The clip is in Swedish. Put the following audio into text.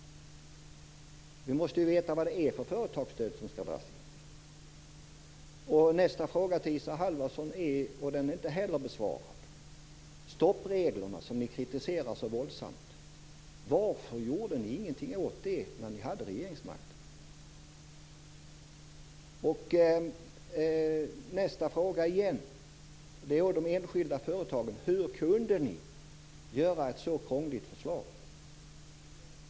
Vi måste veta vad det är för företagsstöd som skall dras in. Nästa fråga till Isa Halvarsson, som inte heller är besvarad, gäller stoppreglerna, som ni kritiserar så våldsamt. Varför gjorde ni ingenting åt dem när ni hade regeringsmakten? Nästa fråga rör de enskilda företagen. Hur kunde ni göra ett så krångligt förslag?